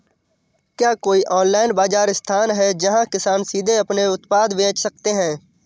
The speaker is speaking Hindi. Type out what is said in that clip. क्या कोई ऑनलाइन बाज़ार स्थान है जहाँ किसान सीधे अपने उत्पाद बेच सकते हैं?